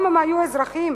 גם אם היו אזרחים,